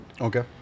Okay